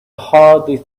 hardly